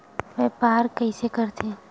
व्यापार कइसे करथे?